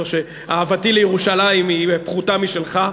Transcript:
אבל זה לא אומר שאהבתי לירושלים פחותה משלך.